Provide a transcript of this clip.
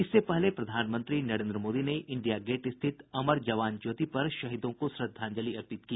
इससे पहले प्रधानमंत्री नरेन्द्र मोदी ने इंडिया गेट स्थित अमर जवान ज्योति पर शहीदों को श्रद्धांजलि अर्पित की